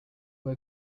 were